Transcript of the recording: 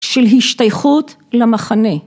‫של השתייכות למחנה.